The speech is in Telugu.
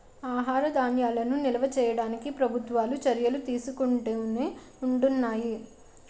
ఆహార ధాన్యాలను నిల్వ చేయడానికి ప్రభుత్వాలు చర్యలు తీసుకుంటునే ఉంటున్నాయి